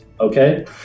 Okay